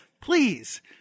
please